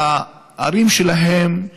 את הערים שלהם,